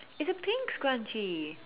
it's a pink scrunchie